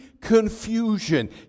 confusion